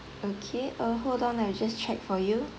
okay uh hold on I just check for you